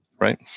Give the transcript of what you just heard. right